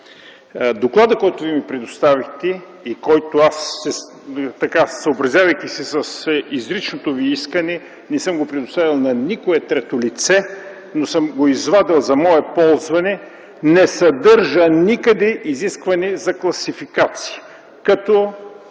докладът, който Вие ми предоставихте и който аз, съобразявайки се с изричното Ви искане, не съм предоставил на никое трето лице, но съм го извадил за мое ползване, не съдържа никъде изискване за класификация като